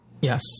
Yes